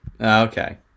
Okay